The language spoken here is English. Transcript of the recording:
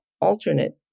alternate